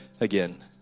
again